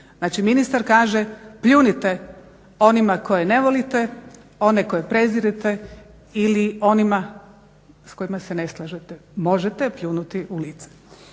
ministar kaže, pljunite onima koje ne volite, one koje prezirete ili onima s kojima se ne slažete, možete pljunuti u lice.